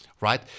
right